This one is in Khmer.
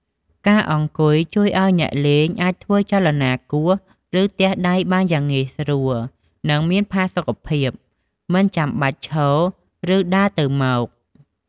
ការអង្គុយជួយឱ្យអ្នកលេងអាចធ្វើចលនាគោះ ឬទះដៃបានយ៉ាងងាយស្រួល និងមានផាសុកភាព ដោយមិនចាំបាច់ឈរ ឬដើរទៅមក។